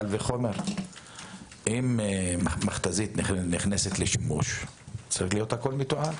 אם מכתזית נכנסת לשימוש, הכול צריך להיות מתועד.